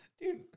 Dude